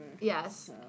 Yes